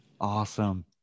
Awesome